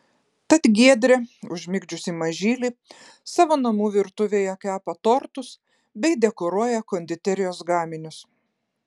tad giedrė užmigdžiusi mažylį savo namų virtuvėje kepa tortus bei dekoruoja konditerijos gaminius